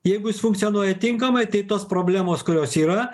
jeigu jis funkcionuoja tinkamai tai tos problemos kurios yra